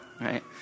right